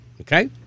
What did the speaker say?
okay